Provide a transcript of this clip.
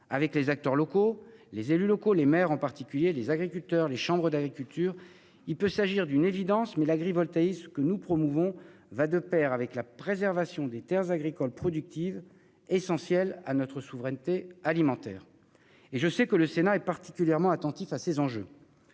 avec les acteurs locaux- les maires au premier chef, mais aussi les agriculteurs, ou encore les chambres d'agriculture. C'est peut-être une évidence, mais l'agrivoltaïsme que nous promouvons va de pair avec la préservation de terres agricoles productives, essentielles pour notre souveraineté alimentaire. Je sais que le Sénat est particulièrement attentif à ces enjeux.